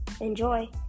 Enjoy